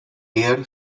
deer